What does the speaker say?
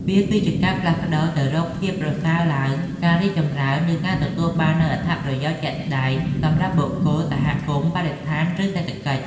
វាគឺជាការផ្លាស់ប្តូរទៅរកភាពប្រសើរឡើង ការរីកចម្រើន ឬការទទួលបាននូវអត្ថប្រយោជន៍ជាក់ស្តែងសម្រាប់បុគ្គល សហគមន៍ បរិស្ថាន ឬសេដ្ឋកិច្ច។